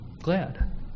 glad